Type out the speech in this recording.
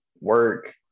work